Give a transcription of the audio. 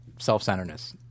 self-centeredness